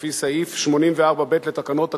לפי סעיף 84(ב) לתקנון הכנסת,